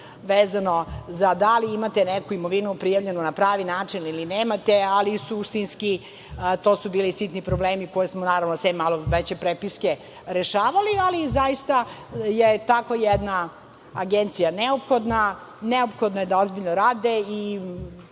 vezano za to da li imate neku imovinu prijavljenu na pravi način ili nemate, ali suštinski to su bili sitni problemi koje smo, naravno, sem malo veće prepiske, rešavali. Zaista je takva jedna agencija neophodna, neophodno je da ozbiljno rade i